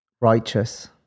righteous